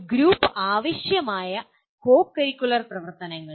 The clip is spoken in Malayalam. ഒരു ഗ്രൂപ്പ് ആവശ്യമായ കോ കരിക്കുലർ പ്രവർത്തനങ്ങൾ